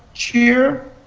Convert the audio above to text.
cheer,